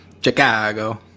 Chicago